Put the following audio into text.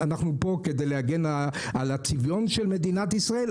אנחנו פה כדי להגן על הצביון של מדינת ישראל,